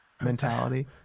mentality